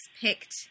picked